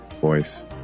voice